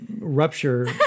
rupture